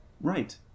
right